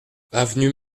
avenue